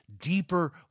deeper